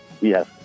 Yes